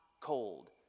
cold